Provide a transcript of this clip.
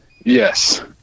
Yes